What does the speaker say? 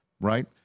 right